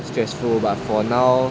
stressful but for now